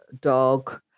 dog